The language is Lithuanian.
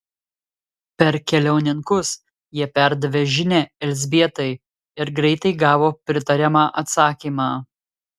per keliauninkus jie perdavė žinią elzbietai ir greitai gavo pritariamą atsakymą